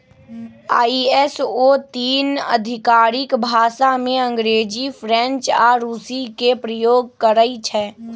ISO तीन आधिकारिक भाषामें अंग्रेजी, फ्रेंच आऽ रूसी के प्रयोग करइ छै